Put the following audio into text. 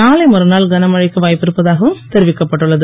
நாளை மறுநாள் கனமழைக்கு வாய்ப்பு இருப்பதாகவும் தெரிவிக்கப்பட்டுள்ளது